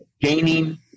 gaining